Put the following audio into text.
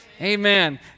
Amen